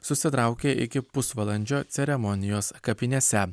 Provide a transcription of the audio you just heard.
susitraukė iki pusvalandžio ceremonijos kapinėse